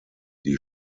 die